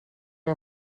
dan